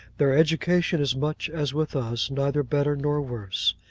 their education is much as with us neither better nor worse.